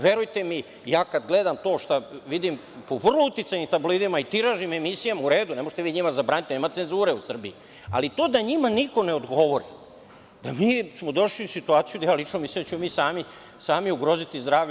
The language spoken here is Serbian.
Verujte mi, ja kad gledam to što vidim u vrlo uticajnim tabloidima i tiražnim emisijama, i to je u redu ne možete im zabraniti, nema cenzure u Srbije, ali to da njima niko ne odgovori, da smo mi došli u situaciju da ja lično mislim da ćemo mi sami ugroziti zdravlje.